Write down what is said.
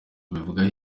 babivugaho